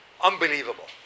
Unbelievable